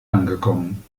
angekommen